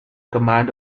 command